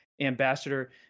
Ambassador